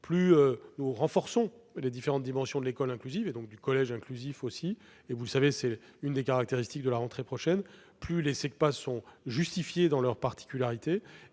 : nous renforçons les différentes dimensions de l'école inclusive, donc aussi du collège inclusif. Vous le savez- c'est l'une des caractéristiques de la rentrée prochaine -, plus les Segpa sont justifiées dans leurs particularités,